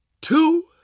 two